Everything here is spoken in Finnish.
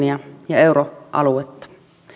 ja euroaluetta